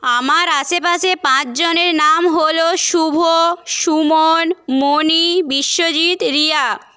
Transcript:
আমার আশেপাশে পাঁচজনের নাম হল শুভ সুমন মণি বিশ্বজিৎ রিয়া